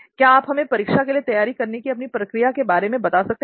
क्या आप हमें परीक्षा के लिए तैयारी करने की अपनी प्रक्रिया के बारे में बता सकते हैं